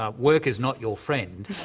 ah work is not your friend.